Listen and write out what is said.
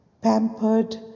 pampered